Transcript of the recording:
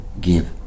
give